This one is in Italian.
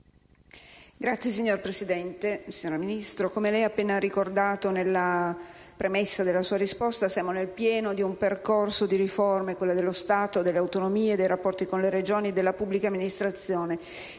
MANASSERO *(PD)*. Signor Ministro, come lei ha appena ricordato nella premessa della sua risposta, siamo nel pieno di un percorso di riforme: quelle dello Stato, delle autonomie, dei rapporti con le Regioni e della pubblica amministrazione